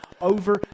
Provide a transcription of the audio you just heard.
over